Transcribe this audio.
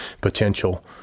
potential